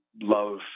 love